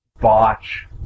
botch